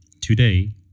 today